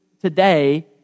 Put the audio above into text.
today